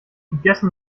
gegessen